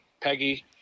Peggy